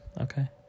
Okay